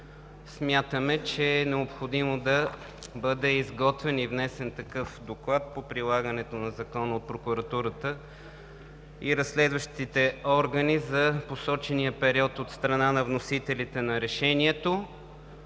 Смятаме, че е необходимо да бъде изготвен и внесен Доклад по прилагането на закона от прокуратурата и разследващите органи за посочения период от страна на вносителите на Решението.